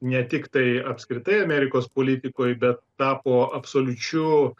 ne tiktai apskritai amerikos politikoj bet tapo absoliučiu